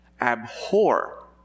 Abhor